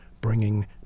bringing